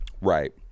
Right